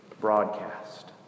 broadcast